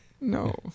no